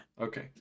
Okay